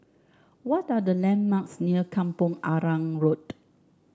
what are the landmarks near Kampong Arang Road